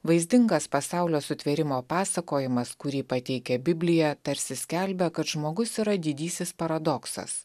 vaizdingas pasaulio sutvėrimo pasakojimas kurį pateikia biblija tarsi skelbia kad žmogus yra didysis paradoksas